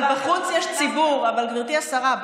אבל גברתי השרה,